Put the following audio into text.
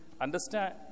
understand